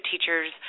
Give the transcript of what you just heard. teachers